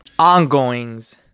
Ongoings